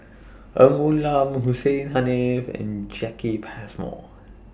Ng Woon Lam Hussein Haniff and Jacki Passmore